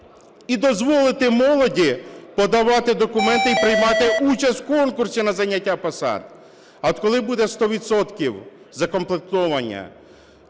і дозволити молоді подавати документи і приймати участь в конкурсі на зайняття посад. А коли буде 100 відсотків укомплектування